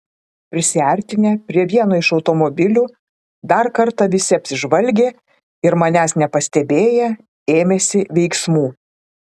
prisiartinę prie vieno iš automobilių dar kartą visi apsižvalgė ir manęs nepastebėję ėmėsi veiksmų